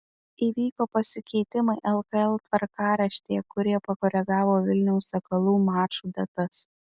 įvyko pasikeitimai lkl tvarkaraštyje kurie pakoregavo vilniaus sakalų mačų datas